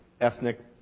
ethnic